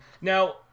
Now